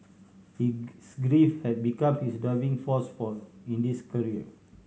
his grief had become his driving force for in his career